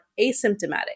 asymptomatic